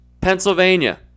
Pennsylvania